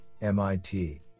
MIT